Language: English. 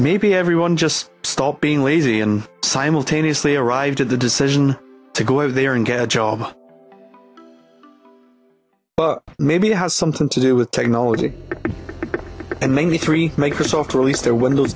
maybe everyone just stop being lazy and simultaneously arrived at the decision to go in there and get a job but maybe it has something to do with technology and mainly three makers off to release their windows